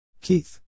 Keith